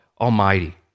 Almighty